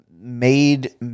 made